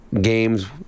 games